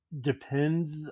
depends